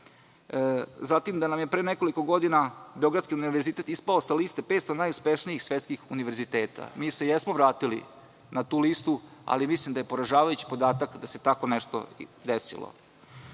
profesora. Pre nekoliko godina je Beogradski univerzitet ispao sa liste 500 najuspešnijih univerziteta. Mi se jesmo vratili na tu listu, ali mislim da je poražavajući podatak da se tako nešto desilo.